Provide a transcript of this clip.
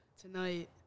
tonight